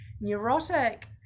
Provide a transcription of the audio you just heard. neurotic